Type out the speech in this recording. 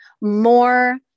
more